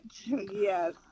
Yes